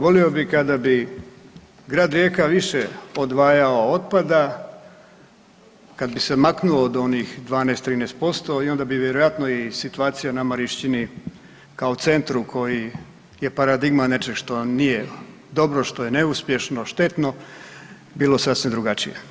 Volio bih kada bi grad Rijeka više odvajao otpada, kad bi se maknuo od onih 12, 13% i onda bi vjerojatno i situacija na Marinščini kao centru koji je paradigma nečeg što nije dobro, što je neuspješno, štetno bilo sasvim drugačije.